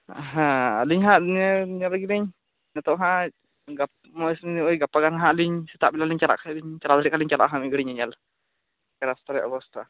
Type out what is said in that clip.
ᱦᱮᱸ ᱟᱞᱤᱝ ᱦᱟᱸᱜ ᱤᱭᱟᱹ ᱧᱮᱞ ᱞᱮᱜᱮ ᱞᱤᱝ ᱱᱤᱛᱚᱜ ᱦᱟᱸᱜ ᱥᱩᱢᱟᱹᱭ ᱜᱟᱯᱟ ᱜᱟᱱ ᱦᱟᱸᱜ ᱞᱤᱧ ᱥᱮᱛᱟᱜ ᱵᱮᱞᱟ ᱞᱤᱝ ᱪᱟᱞᱟᱜ ᱠᱷᱟᱡ ᱪᱟᱞᱟᱣ ᱫᱟᱲᱮᱭᱟᱜ ᱠᱷᱟᱡ ᱢᱤᱫ ᱜᱷᱟᱹᱲᱤᱡ ᱧᱮᱧᱮᱞ ᱪᱮᱫ ᱞᱮᱠᱟ ᱨᱟᱥᱛᱟ ᱨᱮᱭᱟᱜ ᱚᱵᱚᱥᱛᱟ